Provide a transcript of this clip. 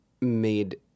made